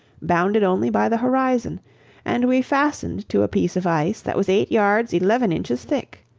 bounded only by the horizon and we fastened to a piece of ice that was eight yards eleven inches thick.